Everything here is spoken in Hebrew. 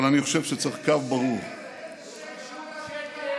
אבל אני חושב שצריך קו ברור, איזה שקר זה.